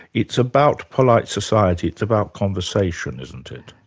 it's about polite society, it's about conversation, isn't it?